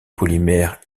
polymère